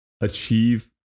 achieve